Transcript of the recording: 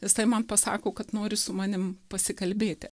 jisai man pasako kad nori su manim pasikalbėti